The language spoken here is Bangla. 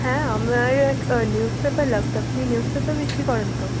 হ্যাঁ আমরা এই এক নিউজ পেপার লাগত আপনি নিউজ পেপার বিক্রি করেন তো